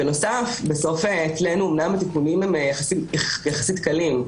בנוסף, התיקונים הם יחסית קלים,